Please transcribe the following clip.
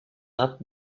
not